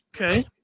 Okay